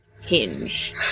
hinge